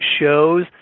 shows